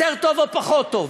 יותר טוב או פחות טוב,